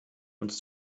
uns